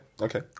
okay